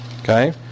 okay